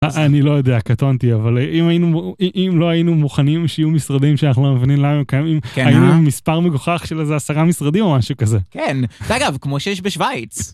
אני לא יודע, קטונתי, אבל אם לא היינו מוכנים שיהיו משרדים שאנחנו לא מבינים למה הם קיימים, היו לנו מספר מגוחך של איזה עשרה משרדים או משהו כזה. כן אגב כמו שיש בשוויץ.